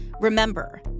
Remember